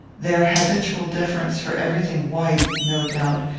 their habitual deference for every thing white, no doubt,